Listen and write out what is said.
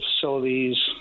facilities